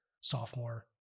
sophomore